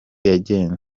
yagenze